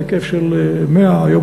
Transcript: בהיקף של 100 מיליון מ"ק,